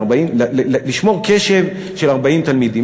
לשמור קשב של 40 תלמידים,